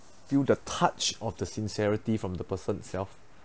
feel the touch of the sincerity from the person itself